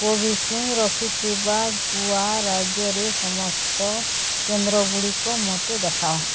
Covishield ରଖିଥିବା ଗୋଆ ରାଜ୍ୟର ସମସ୍ତ କେନ୍ଦ୍ରଗୁଡ଼ିକ ମୋତେ ଦେଖାଅ